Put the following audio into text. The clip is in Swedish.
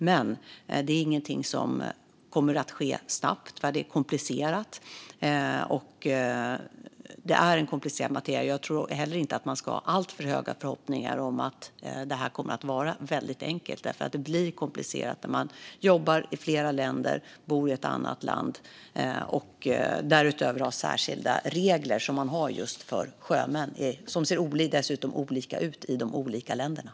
Men det är ingenting som kommer att ske snabbt, eftersom det är komplicerad materia. Jag tror inte heller att vi ska ha alltför höga förhoppningar om att det kommer att vara enkelt. Det blir komplicerat när man jobbar i flera länder och bor i ett annat och när det därutöver finns särskilda regler som dessutom ser olika ut i de olika länderna, vilket gäller för just sjömän.